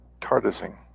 TARDISing